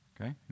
Okay